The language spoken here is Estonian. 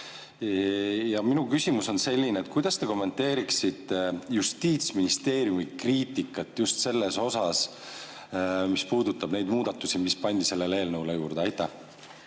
Minu küsimus on selline: kuidas te kommenteeriksite Justiitsministeeriumi kriitikat just selle kohta, mis puudutab neid muudatusi, mis pandi sellele eelnõule juurde? Aitäh,